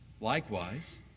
likewise